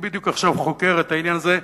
בדיוק עכשיו אני חוקר את העניין הזה,